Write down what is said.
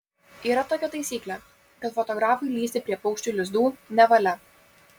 yra tokia taisyklė kad fotografui lįsti prie paukščių lizdų nevalia